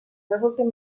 resulten